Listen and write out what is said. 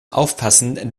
aufpassen